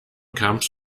comes